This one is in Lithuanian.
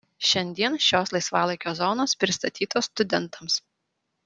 šiandien šios laisvalaikio zonos pristatytos studentams